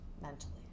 Mentally